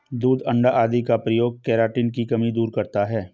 दूध अण्डा आदि का प्रयोग केराटिन की कमी दूर करता है